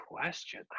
question